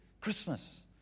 Christmas